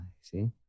see